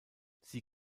sie